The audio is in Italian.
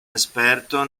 esperto